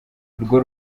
urwo